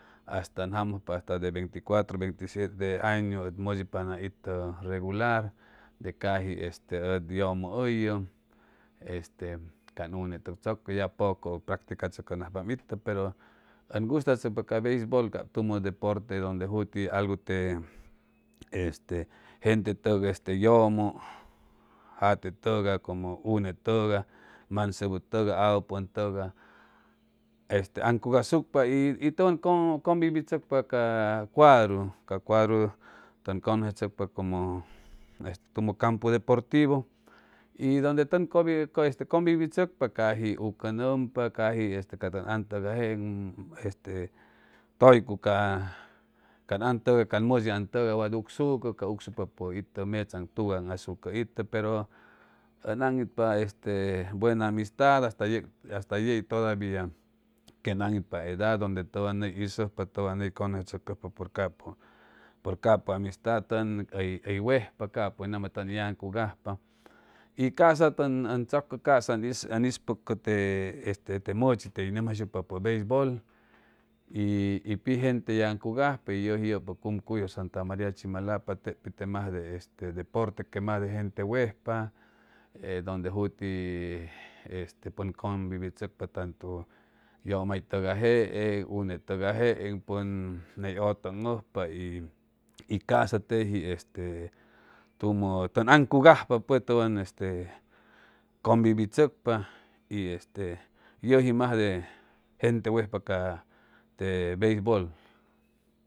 Asta oy jamuyupa asta de 24 veintisiete añu e modosucupaam leb rregular de caji este o jomo yeo este cay unge tscoca ja poco ing practicatsocaan yeo pero oy gusto tsocpa ca beisbol cab tumo deporte donde juti algu te este te jente togay jomu ajale togay como unge togay mangseb togay apupong togay esta angucasucpa t. togay tog combivitsocpa ca cuado cu cuadro t. tog congestsocpa como este como campu deportivo y donde tog este tojcu cag ang fugay ca modos ang togay way uscuca ca uscupape ito metsaong tugong secret oy anitpa este buquus amistad ja esto y todavia que ang anitpa edad donde towang jeg isoypa jeg tog congestsocpa por capo amistad tog oy wejpa capo towang jeg yangugajpa jomu cosa tog tsoca cosa ing speco ing machi te gomjaysucucp beisbol t pinjente yangugajpa y jopu cuncuuyo santa maria chmulapa leb lepi le mas de deporte que mas de jente wejpa donde juti este pop combivitsocpa este jomu togay jeeg unge togay jeeng pen ye bling upa y casa tej este tumo tng angucujopa pues towang este combivitsocpa t este yeji mas de jente wejpa ca te beisbol